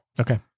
Okay